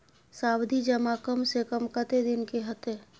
सावधि जमा कम से कम कत्ते दिन के हते?